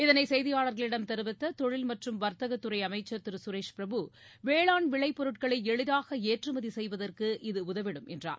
இதனை செய்தியாளர்களிடம் தெரிவித்த தொழில் மற்றும் வர்த்தகத்துறை அமைச்சர் திரு சுரேஷ் பிரபு வேளாண் விளைப்பொருட்களை எளிதாக ஏற்றுமதி செய்வதற்கு இது உதவிடும் என்றார்